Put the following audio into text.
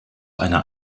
einer